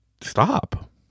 stop